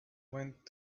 went